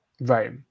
right